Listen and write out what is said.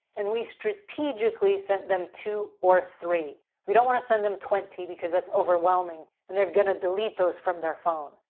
and we strategically sent them two or three. we don't want to send them twenty because that's overwhelming, and they're going to delete those from their phone.